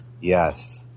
Yes